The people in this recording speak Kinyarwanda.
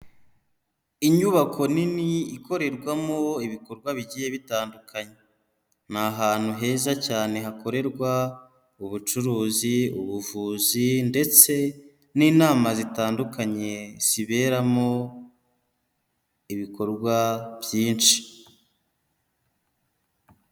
Inyubako nini ikorerwamo ibikorwa bigiye bitandukanye, n'ahantu heza cyane hakorerwa ubucuruzi, ubuvuzi, ndetse n'inama zitandukanye ziberamo ibikorwa byinshi.